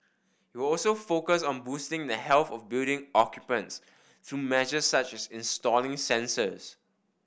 it will also focus on boosting the health of building occupants through measures such as installing sensors